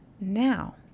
now